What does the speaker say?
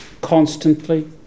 constantly